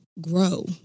grow